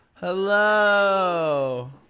Hello